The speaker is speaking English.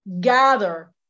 gather